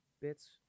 bits